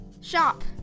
Shop